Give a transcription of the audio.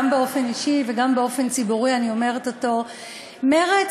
גם באופן אישי וגם באופן ציבורי אני אומרת אותו: מרצ